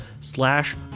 slash